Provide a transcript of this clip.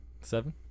Seven